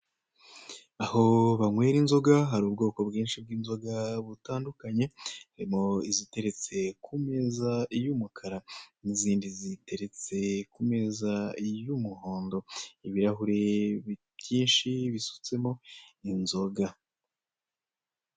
Aho banywera inzoga hari ubwoko bwinshi bw'inzoga butandukanye , harimo iziteretse ku meza y'umukara, hari iziteretse ku meza y'umuhondo, ibirahure byinshi bisutsemo inzoga.